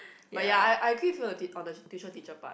but ya I I